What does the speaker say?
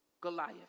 Goliath